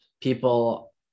people